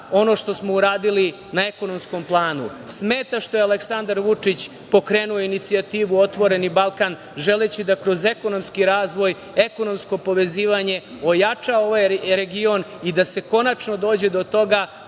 ono što smo uradili na ekonomskom planu, smeta što je Aleksandar Vučić pokrenuo inicijativu „Otvoreni Balkan“, želeći da kroz ekonomski razvoj, ekonomsko povezivanje ojača ovaj region i da se konačno dođe do toga